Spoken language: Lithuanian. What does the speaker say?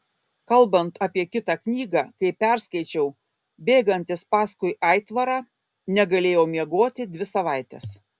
kalbant apie kitą knygą kai perskaičiau bėgantis paskui aitvarą negalėjau miegoti dvi savaitės